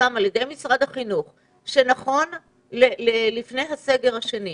שפורסם על ידי משרד החינוך שנכון ללפני הסגר השני,